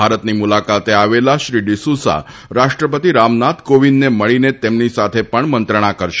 ભારતની મુલાકાતે આવેલા શ્રી ડિસૂસા રાષ્ટ્રપતિ રામનાથ કોવિંદને મળીને તેમની સાથે પણ મંત્રણા કરશે